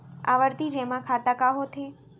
आवर्ती जेमा खाता का होथे?